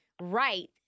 right